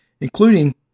including